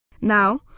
Now